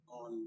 on